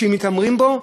שמתעמרים בו,